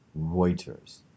Reuters